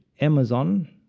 Amazon